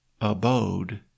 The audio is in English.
abode